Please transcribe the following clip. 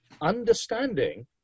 understanding